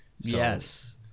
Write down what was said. Yes